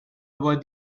were